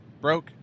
broke